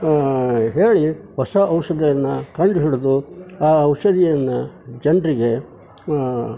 ಹೇಳಿ ಹೊಸ ಔಷಧಿಯನ್ನ ಕಂಡು ಹಿಡಿದು ಆ ಔಷಧಿಯನ್ನು ಜನರಿಗೆ